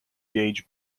gauge